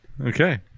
Okay